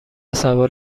سوار